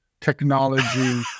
technology